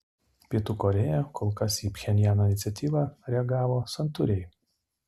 pietų korėja kol kas į pchenjano iniciatyvą reagavo santūriai